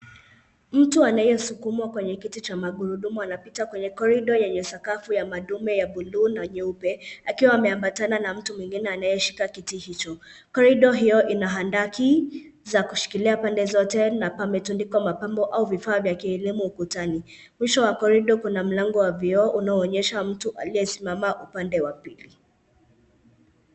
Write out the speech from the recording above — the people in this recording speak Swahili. Mtu anayesukumwa kwenye kiti cha magurudumu anapita kwenye korido yenye sakafu ya madune ya buluu na nyeupe, akiwa ameambatana na mtu mwingine anayeshika kiti hicho. Korido hiyo ina handaki za kushikilia pande zote na pametundikwa mapambo au vifaa vya kielimu ukutani. Mwisho wa korido kuna mlango wa vioo, unaoonyesha mtu aliye simama upande wa pili.